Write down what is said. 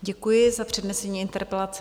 Děkuji za přednesení interpelace.